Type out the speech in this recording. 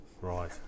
right